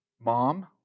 Mom